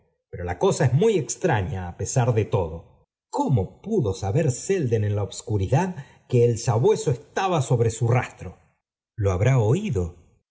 pero la cosa es muy entraña á pesar de todo cómo pudo saber selden en la obscuridad que el sabueso estaba sobre su rastro lo habrá oído